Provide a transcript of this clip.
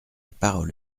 parole